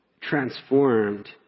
transformed